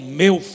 meu